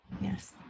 Yes